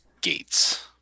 gates